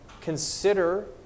consider